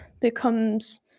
becomes